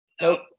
Nope